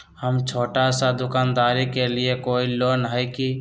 हम छोटा सा दुकानदारी के लिए कोई लोन है कि?